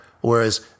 Whereas